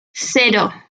cero